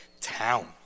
town